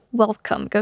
welcome